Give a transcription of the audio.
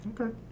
Okay